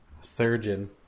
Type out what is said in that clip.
surgeon